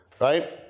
Right